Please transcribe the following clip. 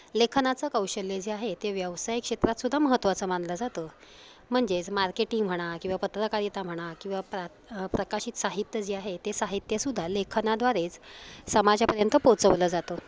लेखनाचं कौशल्य जे आहे ते व्यावसायिक क्षेत्रातसुद्धा महत्त्वाचं मानलं जातं म्हणजेच मार्केटी म्हणा किंवा पत्रकारिता म्हणा किंवा प्रा प्रकाशित साहित्य जे आहे ते साहित्यसुद्धा लेखनाद्वारेच समाजापर्यंत पोहोचवलं जातं